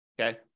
Okay